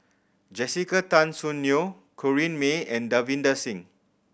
Jessica Tan Soon Neo Corrinne May and Davinder Singh